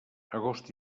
agost